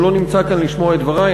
הוא לא נמצא כאן לשמוע את דברי.